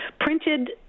printed